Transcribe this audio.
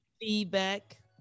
Feedback